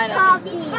coffee